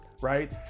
right